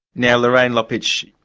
now lorraine lopich,